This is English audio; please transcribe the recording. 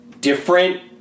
different